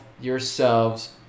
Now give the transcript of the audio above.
yourselves